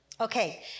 okay